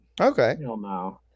okay